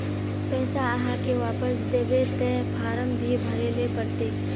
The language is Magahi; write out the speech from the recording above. पैसा आहाँ के वापस दबे ते फारम भी भरें ले पड़ते?